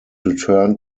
returned